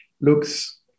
looks